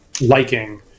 liking